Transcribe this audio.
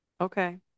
Okay